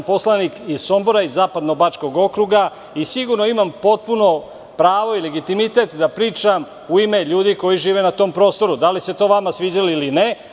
Poslanik sam iz Sombora i Zapadno Bačkog okruga i sigurno imam potpuno pravo i legitimitet da pričam u ime ljudi koji žive na tom prostoru, da li se to vama sviđalo ili ne.